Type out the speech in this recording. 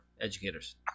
educators